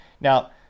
Now